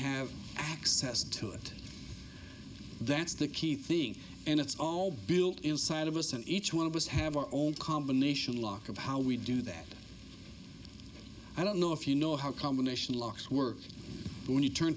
have access to it that's the key thing and it's all built inside of us and each one of us have our own combination lock of how we do that i don't know if you know how combination locks were going to turn